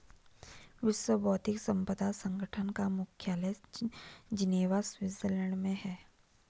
विश्व बौद्धिक संपदा संगठन का मुख्यालय जिनेवा स्विट्जरलैंड में है